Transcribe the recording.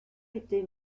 était